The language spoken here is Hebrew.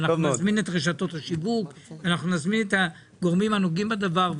אנחנו נזמין את רשתות השיווק ואת הגורמים הנוגעים בדבר.